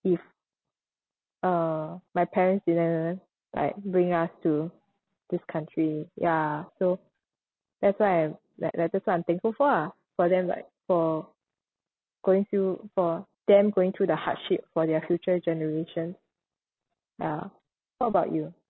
if uh my parents didn't like bring us to this country ya so that's why I like like that's what I'm thankful for ah for them like for going through for them going through the hardship for their future generation ya what about you